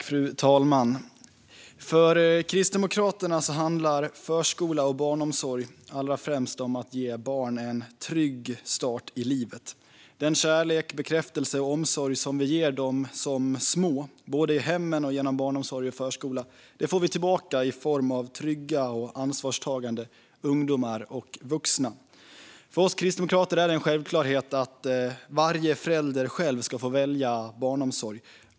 Fru talman! För Kristdemokraterna handlar förskola och barnomsorg allra främst om att ge barn en trygg start i livet. Den kärlek, bekräftelse och omsorg som vi ger dem som små, både i hemmen och genom barnomsorg och förskola, får vi tillbaka i form av trygga och ansvarstagande ungdomar och vuxna. För oss kristdemokrater är det en självklarhet att varje förälder själv ska få välja barnomsorgsform.